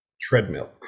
treadmill